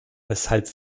weshalb